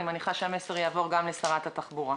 אני מניחה שהמסר יעבור גם לשרת התחבורה.